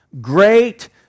great